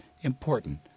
important